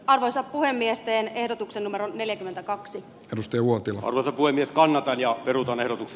arvoisa puhemies teen ehdotuksen numero neljäkymmentäkaksi edusti uotin korkuinen kannattaja ruta meilutyte